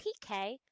PK